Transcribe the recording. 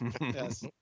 Yes